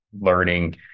learning